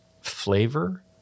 flavor